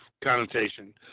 connotation